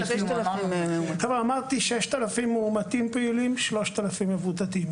אמרתי 6,000 מאומתים פעילים, 3,000 מבודדים.